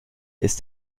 ist